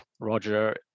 Roger